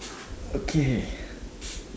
okay